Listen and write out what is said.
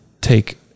take